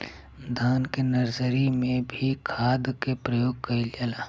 धान के नर्सरी में भी खाद के प्रयोग कइल जाला?